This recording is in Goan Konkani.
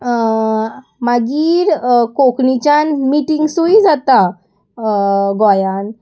मागीर कोंकणीच्यान मिटिंग्सूय जाता गोंयान